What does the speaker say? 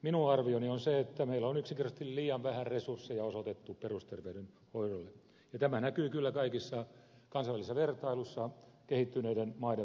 minun arvioni on se että meillä on yksinkertaisesti liian vähän resursseja osoitettu perusterveydenhoidolle ja tämä näkyy kyllä kaikissa kansainvälisissä vertailuissa kehittyneiden maiden välillä